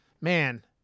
Man